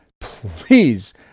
Please